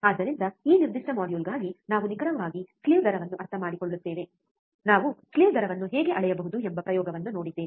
ಆದ್ದರಿಂದ ಈ ನಿರ್ದಿಷ್ಟ ಮಾಡ್ಯೂಲ್ಗಾಗಿ ನಾವು ನಿಖರವಾಗಿ ಸ್ಲೀವ್ ದರವನ್ನು ಅರ್ಥಮಾಡಿಕೊಳ್ಳುತ್ತೇವೆ ನಾವು ಸ್ಲೀವ್ ದರವನ್ನು ಹೇಗೆ ಅಳೆಯಬಹುದು ಎಂಬ ಪ್ರಯೋಗವನ್ನು ನೋಡಿದ್ದೇವೆ